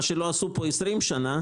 מה שלא עשו פה 20 שנה,